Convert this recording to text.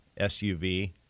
SUV